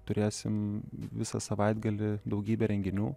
turėsim visą savaitgalį daugybę renginių